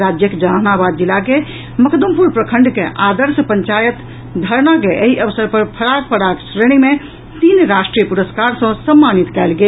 राज्यक जहानाबाद जिला के मखदुमपुर प्रखंड के आदर्श पंचायत धरना के एहि अवसर पर फराक फराक श्रेणी मे तीन राष्ट्रीय पुरस्कार सँ सम्मानित कयल गेल